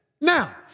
Now